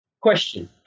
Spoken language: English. question